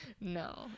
No